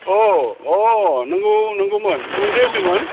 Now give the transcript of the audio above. अह अह नोंगौ नोंगौमोन बबेनिफ्राय होनदोंमोन